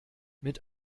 mit